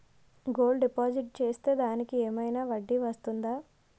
Gold deposit చేస్తే దానికి ఏమైనా వడ్డీ వస్తుందా?